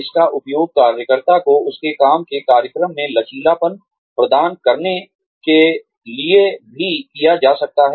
इसका उपयोग कार्यकर्ता को उसके काम के कार्यक्रम में लचीलापन प्रदान करने के लिए भी किया जा सकता है